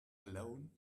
alone